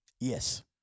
Yes